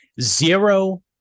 zero